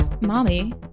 mommy